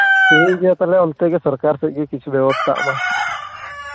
ᱴᱷᱤᱠᱜᱮᱭᱟ ᱛᱟᱞᱦᱮ ᱚᱱᱛᱮ ᱜᱮ ᱥᱚᱨᱠᱟᱨ ᱥᱮᱫ ᱜᱮ ᱠᱤᱪᱷᱩ ᱵᱮᱵᱚᱥᱛᱷᱟᱜᱼᱢᱟ